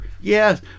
yes